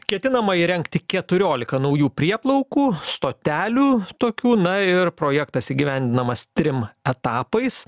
ketinama įrengti keturiolika naujų prieplaukų stotelių tokių na ir projektas įgyvendinamas trim etapais